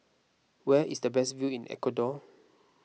where is the best view in Ecuador